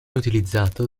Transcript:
utilizzato